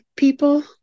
People